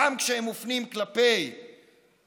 גם כשהם מופנים כלפי נשים,